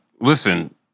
Listen